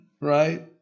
right